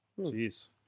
Jeez